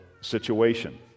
situation